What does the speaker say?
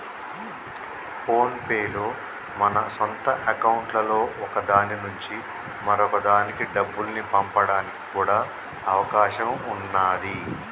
phone pay లో మన సొంత అకౌంట్లలో ఒక దాని నుంచి మరొక దానికి డబ్బుల్ని పంపడానికి కూడా అవకాశం ఉన్నాది